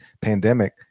pandemic